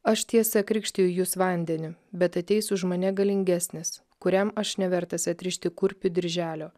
aš tiesa krikštiju jus vandeniu bet ateis už mane galingesnis kuriam aš nevertas atrišti kurpių dirželio